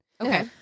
Okay